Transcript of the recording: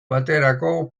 baterako